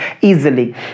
easily